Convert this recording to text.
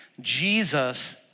Jesus